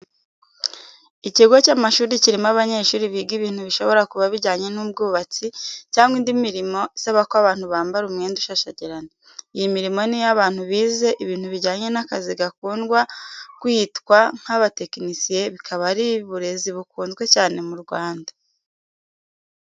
Ikigo cy'amashuri cyirimo abanyeshuri biga ibintu bishobora kuba bijyanye n'ubwubatsi cyangwa indi mirimo isaba ko abantu bamara umwenda ushashagirana. Iyi mirimo niyabantu bize ibintu bijyanye n'akazi gakundwa kwitwa nk'aba tekinisiye bikaba ari iburezi bukunzwe cyane mu Rwanda